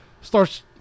starts